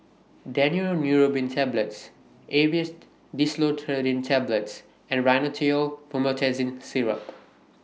Daneuron Neurobion Tablets Aerius DesloratadineTablets and Rhinathiol Promethazine Syrup